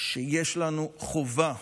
שיש לנו חובה